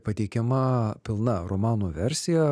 pateikiama pilna romano versija